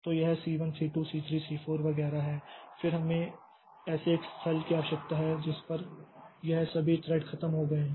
तो यह C1 C2 C3 C4 वगैरह है फिर हमें एक ऐसे स्थल की आवश्यकता है जिस पर यह सभी थ्रेड खत्म हो गए हैं